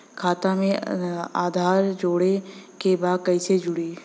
खाता में आधार जोड़े के बा कैसे जुड़ी?